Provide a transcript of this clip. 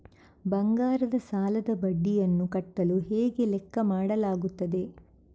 ಬಂಗಾರದ ಸಾಲದ ಬಡ್ಡಿಯನ್ನು ಕಟ್ಟಲು ಹೇಗೆ ಲೆಕ್ಕ ಮಾಡಲಾಗುತ್ತದೆ?